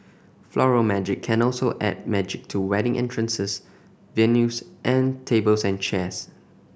Floral Magic can also add magic to wedding entrances venues and tables and chairs